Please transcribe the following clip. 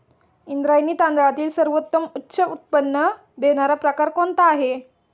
इंद्रायणी तांदळातील सर्वोत्तम उच्च उत्पन्न देणारा प्रकार कोणता आहे?